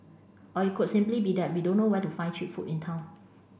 or it could simply be that we don't know where to find cheap food in town